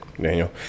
Daniel